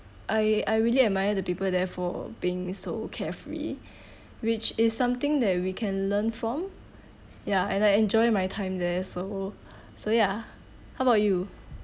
I I really admire the people there for being so carefree which is something that we can learn from ya and I enjoy my time there so so ya how about you